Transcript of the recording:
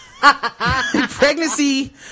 pregnancy